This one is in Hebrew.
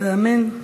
ואמן.